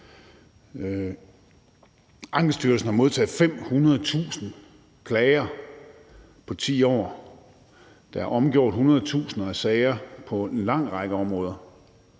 Ankestyrelsen har modtaget 500.000 klager på 10 år, der er omgjort hundredtusinder af sager på en lang række områder,